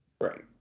Right